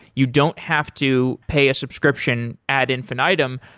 you don't have to pay a subscription ad infinitum,